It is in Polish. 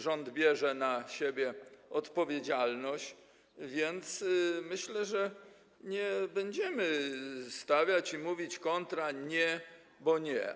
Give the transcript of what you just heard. Rząd bierze na siebie odpowiedzialność, więc myślę, że nie będziemy stawiać kontry i mówić: nie bo nie.